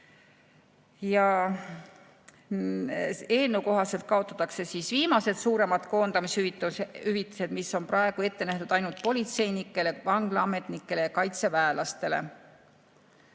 Eelnõu kohaselt kaotatakse viimased suuremad koondamishüvitised, mis on praegu ette nähtud ainult politseinikele, vanglaametnikele ja kaitseväelastele.